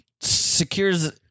secures